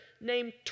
named